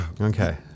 Okay